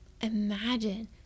Imagine